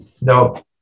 No